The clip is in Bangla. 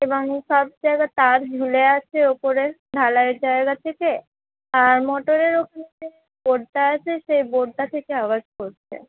এবং সব জায়গার তার ঝুলে আছে ওপরে ঢালাইয়ের জায়গা থেকে আর মটোরের ওখান থেকে যে বোর্ডটা আছে সেই বোর্ডটা থেকে আওয়াজ করছে